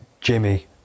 Jimmy